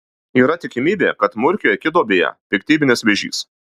yra tikimybė kad murkiui akiduobėje piktybinis vėžys